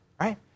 right